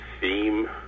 theme